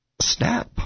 Snap